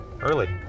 early